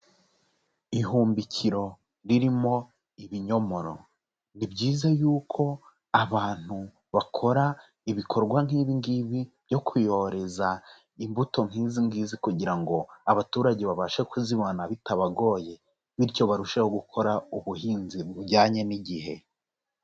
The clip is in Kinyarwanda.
Ihumbikiro ririmo ibinyomoro. Ni byiza yuko abantu bakora ibikorwa nk'ibi ngibi byo kuyoreza imbuto nk'izi ngizi, kugira ngo abaturage babashe kuzibona bitabagoye, bityo barusheho gukora ubuhinzi bujyanye n'igihe.